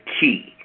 key